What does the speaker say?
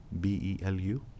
b-e-l-u